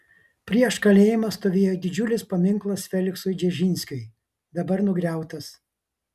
prieš kalėjimą stovėjo didžiulis paminklas feliksui dzeržinskiui dabar nugriautas